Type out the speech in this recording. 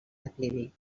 declivi